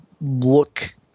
look